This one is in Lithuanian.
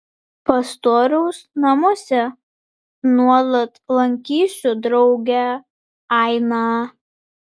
pastoriaus namuose nuolat lankysiu draugę ainą